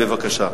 בבקשה.